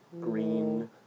green